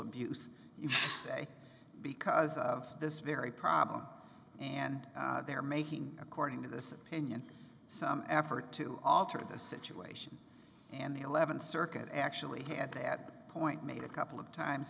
abuse you say because of this very problem and they're making according to this opinion some effort to alter the situation and the eleventh circuit actually had that point made a couple of times